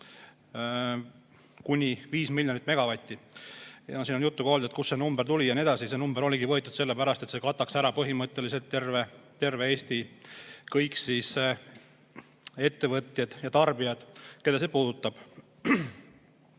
kuni viis miljonit megavatti. Siin on olnud juttu ka sellest: on küsitud, kust see number tuli, ja nii edasi. See number oligi võetud sellepärast, et see kataks ära põhimõtteliselt terve Eesti, kõik ettevõtjad ja tarbijad, keda see puudutab.